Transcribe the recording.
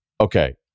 okay